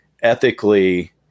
Ethically